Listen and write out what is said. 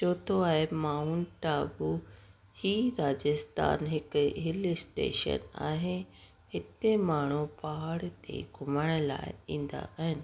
चौथों आहे माउंट आबू हीउ राजस्थान हिकु हिल स्टेशन आहे हिते माण्हू पहाड़ ते घुमण लाइ ईंदा आहिनि